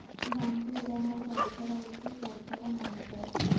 bank విధానాలు అవసరాలకి సరిపడా మారతాయి